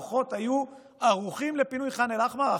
הכוחות היו ערוכים לפינוי ח'אן אל-אחמר,